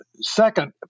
Second